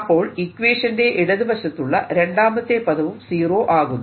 അപ്പോൾ ഇക്വേഷന്റെ ഇടതുവശത്തുള്ള രണ്ടാമത്തെ പദവും സീറോ ആകുന്നു